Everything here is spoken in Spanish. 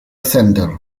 center